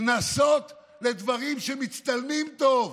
קנסות לדברים שמצטלמים טוב,